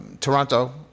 Toronto